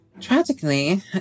tragically